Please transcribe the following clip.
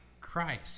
Christ